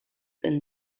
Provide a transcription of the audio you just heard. and